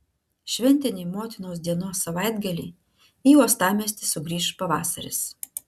šventinį motinos dienos savaitgalį į uostamiestį sugrįš pavasaris